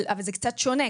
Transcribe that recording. אבל זה קצת שונה.